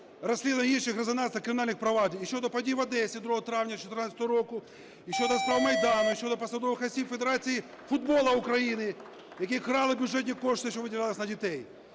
розслідування ще й інших резонансних кримінальних проваджень: і щодо подій в Одесі 2 травня 2014 року, і щодо справ Майдану, і щодо посадових осіб Федерації футболу України, які крали бюджетні кошти, що виділялись на дітей.